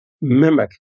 mimic